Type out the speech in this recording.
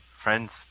friend's